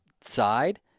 side